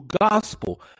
gospel